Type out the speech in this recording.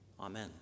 Amen